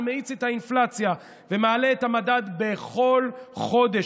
שמאיץ את האינפלציה ומעלה את המדד בכל חודש.